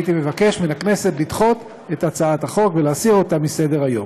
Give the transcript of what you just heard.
הייתי מבקש מן הכנסת לדחות את הצעת החוק ולהסיר אותה מסדר-היום.